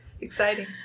Exciting